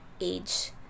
age